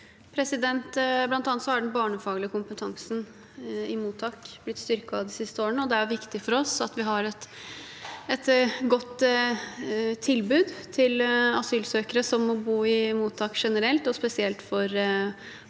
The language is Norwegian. Blant annet har den barnefaglige kompetansen i mottak blitt styrket de siste årene, og det er viktig for oss at vi har et godt tilbud til asylsøkere som må bo i mottak, generelt og spesielt for barn.